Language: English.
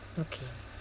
okay